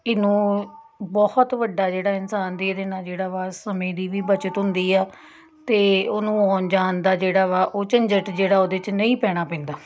ਇਹਨੂੰ ਬਹੁਤ ਵੱਡਾ ਜਿਹੜਾ ਇਨਸਾਨ ਦੀ ਇਹਦੇ ਨਾਲ਼ ਜਿਹੜਾ ਵਾ ਸਮੇਂ ਦੀ ਵੀ ਬੱਚਤ ਹੁੰਦੀ ਆ ਅਤੇ ਉਹਨੂੰ ਆਉਣ ਜਾਣ ਦਾ ਜਿਹੜਾ ਵਾ ਉਹ ਝੰਜਟ ਜਿਹੜਾ ਉਹਦੇ 'ਚ ਨਹੀਂ ਪੈਣਾ ਪੈਂਦਾ